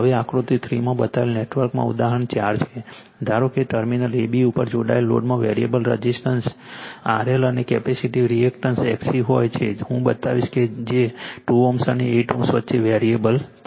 હવે આકૃતિ 3 માં બતાવેલ નેટવર્કમાં ઉદાહરણ 4 છે ધારો કે ટર્મિનલ A B ઉપર જોડાયેલ લોડમાં વેરીએબલ રઝિસ્ટન્સ RL અને કેપેસિટીવ રિએક્ટન્સ XC હોય છે હું બતાવીશ કે જે 2 Ω અને 8 Ω વચ્ચે વેરીએબલ છે